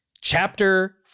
chapter